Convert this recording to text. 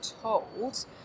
told